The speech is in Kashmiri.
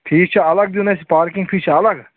فیٖس چھا الگ دِیُن اَسہِ پارکِنٛگ فیٖس چھا الگ